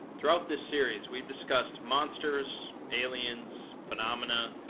throughout this series, we've discussed monsters, aliens, phenomena,